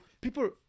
people